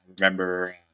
remember